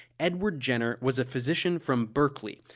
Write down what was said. edward jenner was a physician from berkeley,